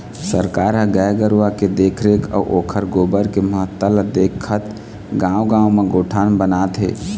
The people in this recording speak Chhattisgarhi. सरकार ह गाय गरुवा के देखरेख अउ ओखर गोबर के महत्ता ल देखत गाँव गाँव म गोठान बनात हे